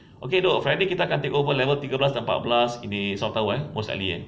okay dok friday kita akan take over level tiga belas dan empat belas ini south tower eh most likely